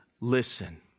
listen